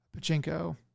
Pachinko